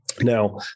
Now